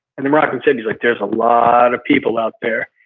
and the moroccan said like there's a lot of people out there.